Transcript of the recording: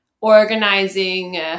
organizing